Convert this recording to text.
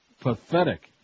Pathetic